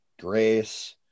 grace